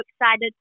excited